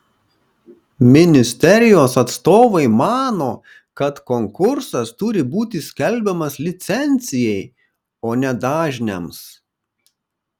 ministerijos atstovai mano kad konkursas turi būti skelbiamas licencijai o ne dažniams